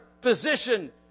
position